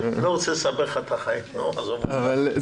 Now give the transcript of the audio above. עזוב, תענה לו על מה שהוא רוצה.